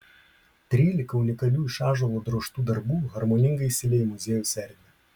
trylika unikalių iš ąžuolo drožtų darbų harmoningai įsilieja į muziejaus erdvę